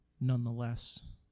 nonetheless